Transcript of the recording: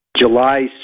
July